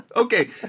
Okay